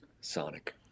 Sonic